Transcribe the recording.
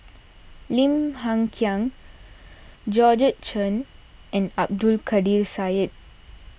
Lim Hng Kiang Georgette Chen and Abdul Kadir Syed